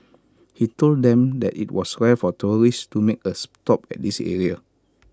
he told them that IT was rare for tourists to make A stop at this area